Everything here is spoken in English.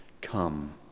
come